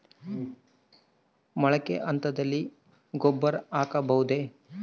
ಮೊಳಕೆ ಹಂತದಲ್ಲಿ ಗೊಬ್ಬರ ಹಾಕಬಹುದೇ?